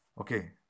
Okay